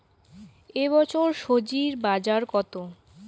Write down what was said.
এ বছর স্বজি বাজার কত?